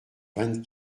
vingt